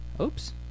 oops